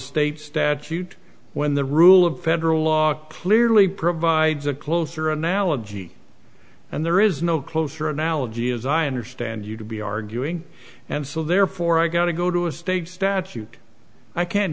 state statute when the rule of federal law clearly provides a closer analogy and there is no closer analogy as i understand you to be arguing and so therefore i got to go to a state statute i can't